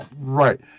Right